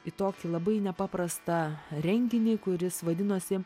į tokį labai nepaprastą renginį kuris vadinosi